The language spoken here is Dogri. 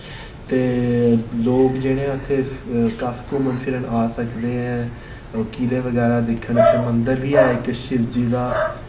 ते लोक जेह्ड़े ऐ उत्थै काफी घूमन फिरन आई सकदे ऐ किले बगैरा दिक्खन इत्थै मंदर बी ऐ इक शिवजी दा